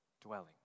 Dwelling